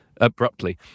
Abruptly